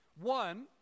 one